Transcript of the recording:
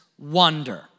wonder